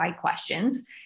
questions